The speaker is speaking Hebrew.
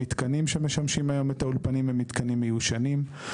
המתקנים שמשמשים היום את האולפנים הם מתקנים מיושנים,